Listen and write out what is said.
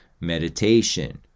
meditation